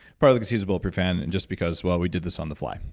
probably because he's a bulletproof fan and just because, well, we did this on the fly.